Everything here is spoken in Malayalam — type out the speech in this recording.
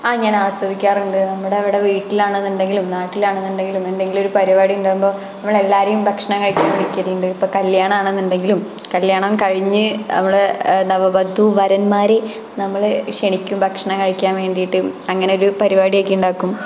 ആ ഞാന് ആസ്വദിക്കാറുണ്ട് നമ്മുടെ അവിടെ വീട്ടിലാണെന്നുണ്ടെങ്കിലും നാട്ടിലാണെന്നുണ്ടെങ്കിലും എന്തെങ്കിലും ഒരു പരിപാടി ഉണ്ടാവുമ്പോൾ നമ്മളെ എല്ലാവരെയും ഭക്ഷണം കഴിക്കാന് വിളിക്കലുണ്ട് ഇപ്പോൾ കല്യാണം ആണെന്നുണ്ടെങ്കിലും കല്യാണം കഴിഞ്ഞ് അവിടെ നവ വധു വരന്മാരെ നമ്മൾ ക്ഷണിക്കും ഭക്ഷണം കഴിക്കാന് വേണ്ടിയിട്ട് അങ്ങനെ ഒരു പരിപാടിയൊക്കെ ഉണ്ടാക്കും